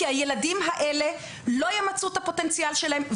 הילדים האלה לא ימצו את הפוטנציאל שלהם,